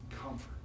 comfort